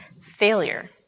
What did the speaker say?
failure